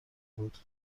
بود